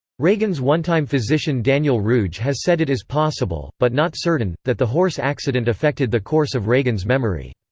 reagan's one-time physician daniel ruge has said it is possible, but not certain, that the horse accident affected the course of reagan's memory.